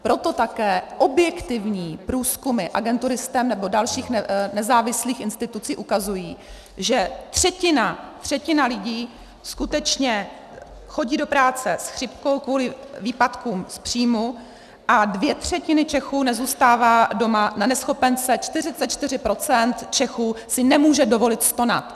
Proto také objektivní průzkumy agentury STEM nebo dalších nezávislých institucí ukazují, že třetina, třetina lidí skutečně chodí do práce s chřipkou kvůli výpadkům z příjmů a dvě třetiny Čechů nezůstávají doma na neschopence, 44 % Čechů si nemůže dovolit stonat.